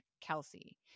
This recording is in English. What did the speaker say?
Kelsey